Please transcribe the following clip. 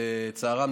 לצערן,